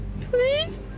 please